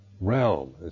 realm